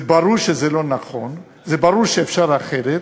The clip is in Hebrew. ברור שזה לא נכון, ברור שאפשר אחרת,